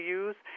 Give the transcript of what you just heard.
use